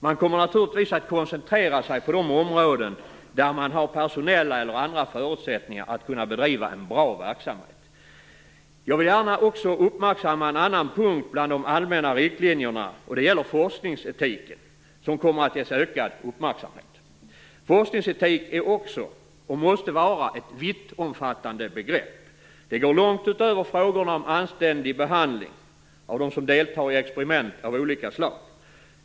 De kommer naturligtvis att koncentrera sig på de områden där de har personella eller andra förutsättningar att bedriva en bra verksamhet. Jag vill gärna också uppmärksamma en annan punkt bland de allmänna riktlinjerna, och det gäller forskningsetiken, som kommer att ges ökad uppmärksamhet. Forskningsetik är och måste vara ett vittomfattande begrepp. Det går långt utöver frågorna om anständig behandling av dem som deltar i experiment av olika slag.